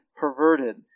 perverted